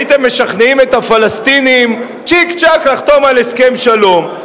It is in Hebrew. הייתם משכנעים את הפלסטינים צ'יק-צ'ק לחתום על הסכם שלום.